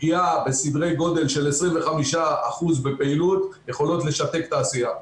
פגיעה בסדרי-גודל של 25% בפעילות יכולה לשתק את התעשייה.